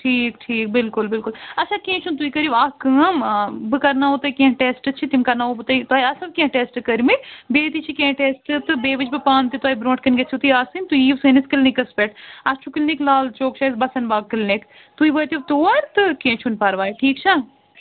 ٹھیٖک ٹھیٖک بِلکُل بِلکُل اچھا کیٚنٛہہ چھُنہٕ تُہۍ کٔرِو اَکھ کٲم آ بہٕ کَرناہو تۅہہِ کیٚنٛہہ ٹٮ۪سٹہٕ چھِ تِم کَرناوہو تُہۍ تۄہہِ آسنو کیٚنٛہہ ٹیٚسٹہٕ کٔرۍمٕتۍ بیٚیہِ تہِ چھِ کیٚنٛہہ ٹٮ۪سٹہٕ تہٕ بیٚیہِ وُچھٕ بہٕ پانہٕ تہِ تُہۍ برٛونٹھ کنہِ گٔژھِو تُہۍ آسٕنۍ تُہۍ یِیِو سٲنِس کِلنِکس پٮ۪ٹھ اَسہِ چھُ کِلنِک لال چوک چھِ اَسہِ بسن باغ کلِنِک تُہۍ وٲتِو تور تہٕ کیٚنٛہہ چھُنہٕ پرواے ٹھیٖک چھا